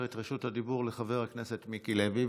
את רשות הדיבור לחבר הכנסת מיקי לוי.